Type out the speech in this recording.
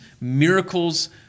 miracles